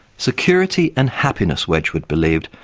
security and happiness, wedgwood believed,